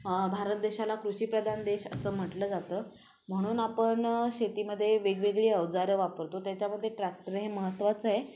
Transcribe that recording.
भारत देशाला कृषीप्रधान देश असं म्हटलं जातं म्हणून आपण शेतीमध्ये वेगवेगळी अवजारं वापरतो त्याच्यामध्ये ट्रॅक्टर हे महत्त्वाचं आहे